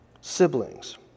siblings